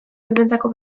helduentzako